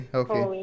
okay